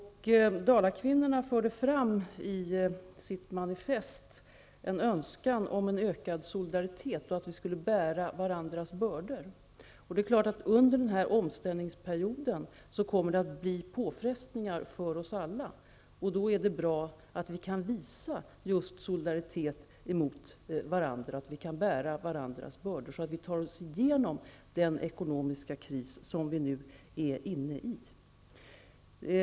Dalakvinnorna framförde i sitt manifest en önskan om en ökad solidaritet -- vi skulle bära varandras bördor. Det är klart att det under denna omställningsperiod kommer att bli påfrestningar för oss alla. Då är det bra att vi kan visa solidaritet mot varandra och bära varandras bördor så att vi tar oss igenom den ekomiska kris som vi nu är inne i.